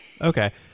Okay